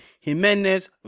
Jimenez